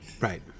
right